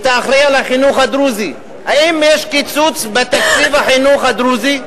את האחראי לחינוך הדרוזי אם יש קיצוץ בתקציב החינוך הדרוזי.